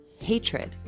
hatred